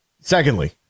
Secondly